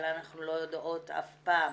אבל אנחנו לא יודעות אף פעם